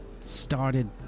started